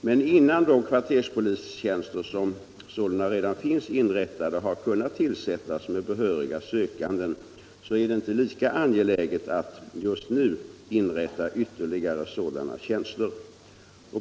Men innan de kvarterspolistjänster som redan finns inrättade har kunnat tillsättas med behöriga sökande är det inte lika angeläget 33 att just nu inrätta ytterligare sådana tjänster.